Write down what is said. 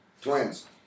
Twins